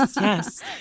Yes